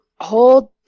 hold